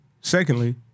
Secondly